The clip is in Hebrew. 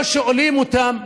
לא שואלים אותם,